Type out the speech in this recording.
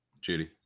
Judy